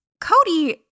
Cody